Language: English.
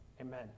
amen